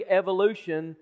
evolution